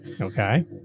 Okay